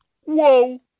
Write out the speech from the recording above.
Whoa